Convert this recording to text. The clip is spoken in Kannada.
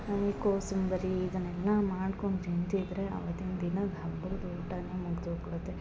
ನಮಗೆ ಕೊಸುಂಬರಿ ಇದನೆಲ್ಲ ಮಾಡ್ಕೊಂಡು ತಿಂತಿದ್ದರೆ ಅವತ್ತಿನ ದಿನದ ಹಬ್ಬದ ಊಟನೆ ಮುಗ್ದೋಗ್ಬಿಡುತ್ತೆ